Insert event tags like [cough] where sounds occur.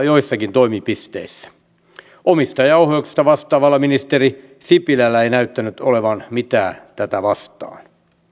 [unintelligible] joissakin toimipisteissä omistajaohjauksesta vastaavalla ministeri sipilällä ei näyttänyt olevan mitään tätä vastaan